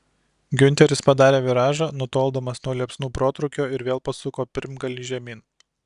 giunteris padarė viražą nutoldamas nuo liepsnų protrūkio ir vėl pasuko pirmgalį žemyn